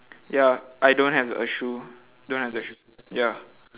ya I don't have a shoe don't have the sh~ ya